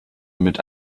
mit